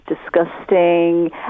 disgusting